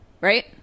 Right